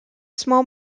small